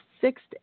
sixth